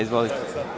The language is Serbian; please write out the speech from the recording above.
Izvolite.